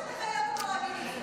למה שהיא תחייב אותו להגיד את זה?